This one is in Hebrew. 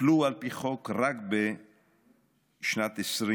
רק בשנת 2020